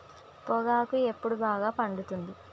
పొగాకు ఎప్పుడు బాగా పండుతుంది?